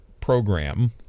program